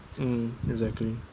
mm exactly